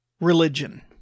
religion